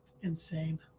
insane